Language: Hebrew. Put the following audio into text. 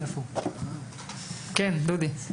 כן דודי.